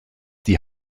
die